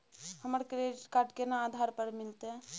हमरा credit card केना आधार पर मिलते?